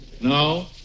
No